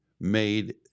made